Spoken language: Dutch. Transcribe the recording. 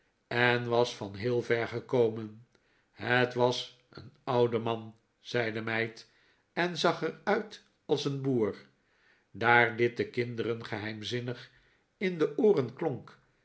en was van heel ver gekomen het was een oude man zei de meid en zag er uit als een boer daar dit den kinderen geheimzinnig in de ooren klonk